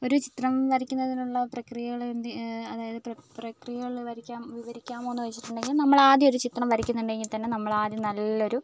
ഒരു ചിത്രം വരയ്ക്കുന്നതിനുള്ള പ്രക്രിയകൾ എന്ത് അതായത് പ്രക്രി പ്രക്രിയകൾ വിവരി വിവരിക്കാമോന്ന് ചോദിച്ചിട്ടുണ്ടെങ്കിൽ നമ്മളാദ്യം ഒരു ചിത്രം വരയ്ക്കുന്നുണ്ടെങ്കിൽത്തന്നെ നമ്മളാദ്യം നല്ലൊരു